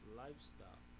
lifestyle